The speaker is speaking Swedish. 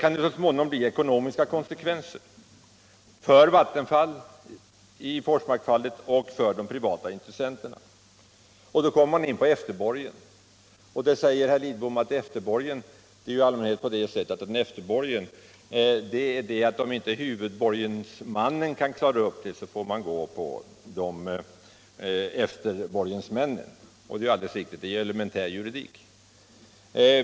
m.m. Så småningom kan det bli ekonomiska konsekvenser för Vattenfall i Forsmark — och för de privata intressenterna. Då kommer man in på begreppet efterborgen. Herr Lidbom säger att om huvudborgensmannen inte kan klara upp det hela får man gå till efterborgensmännen. Det är alldeles riktigt. Det är elementär juridik.